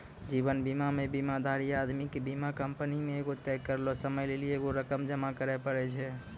जीवन बीमा मे बीमाधारी आदमी के बीमा कंपनी मे एगो तय करलो समय लेली एगो रकम जमा करे पड़ै छै